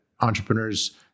entrepreneurs